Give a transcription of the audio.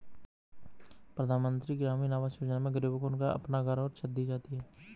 प्रधानमंत्री ग्रामीण आवास योजना में गरीबों को उनका अपना घर और छत दी जाती है